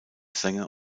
sänger